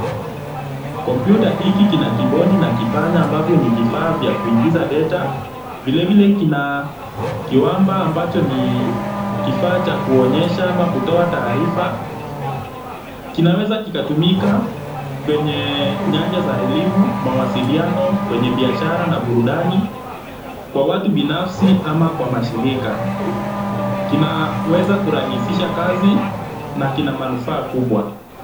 Kompyuta hiki kina kiibodi na kipanya ambavyo ni vifaa vya kuingiza data. Vilevile kina kiwamba ambacho ni kifaa cha kuonyesha ama kutoa taarifa. Kinaweza kikatumika kwenye nyanja za elimu, mawasiliano, kwenye biashara na burudani, kwa watu binafsi ama kwa mashirika. Kinaweza kurahisisha kazi na kina manufaa kubwa.